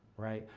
right?